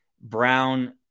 Brown